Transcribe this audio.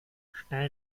stell